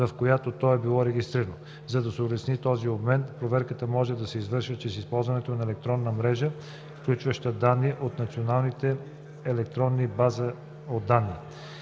в която то е било регистрирано. За да се улесни този обмен, проверката може да се извършва чрез използването на електронна мрежа, включваща данни от националните електронни бази от данни.“